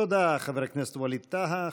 תודה, חבר הכנסת ווליד טאהא.